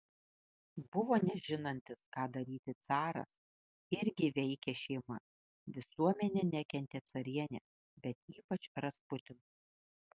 buvo nežinantis ką daryti caras irgi veikė šeima visuomenė nekentė carienės bet ypač rasputino